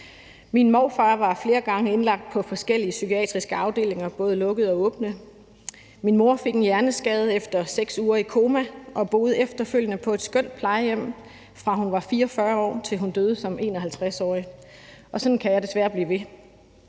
Min morfar var flere gange indlagt på forskellige psykiatriske afdelinger, både lukkede og åbne. Min mor fik en hjerneskade efter 6 uger i koma og boede efterfølgende på et skønt plejehjem, fra hun var 44 år, til hun døde som 51-årig. Og sådan kan jeg desværre blive ved.